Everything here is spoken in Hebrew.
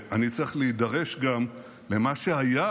ואני צריך להידרש גם למה שהיה